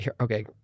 Okay